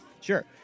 Sure